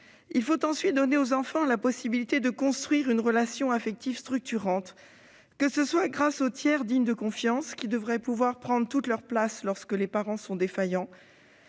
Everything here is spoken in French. Il faut ensuite donner aux enfants la possibilité de construire une relation affective structurante, que ce soit grâce aux tiers dignes de confiance, qui devraient pouvoir prendre toute leur place lorsque les parents sont défaillants,